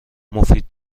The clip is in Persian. مفید